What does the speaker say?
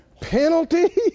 Penalty